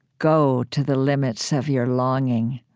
go to the limits of your longing.